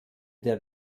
der